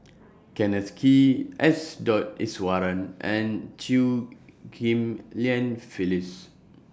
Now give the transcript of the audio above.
Kenneth Kee S Dot Iswaran and Chew Ghim Lian Phyllis